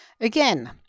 Again